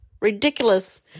Ridiculous